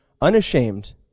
unashamed